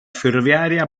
ferroviaria